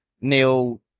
neil